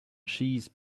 cheese